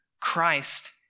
Christ